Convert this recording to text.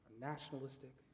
nationalistic